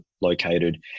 located